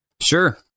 Sure